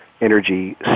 energy